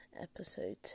Episode